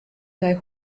sei